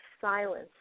silence